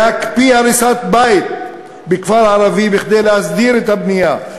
להקפיא הריסת בית בכפר ערבי כדי להסדיר את הבנייה,